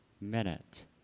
minute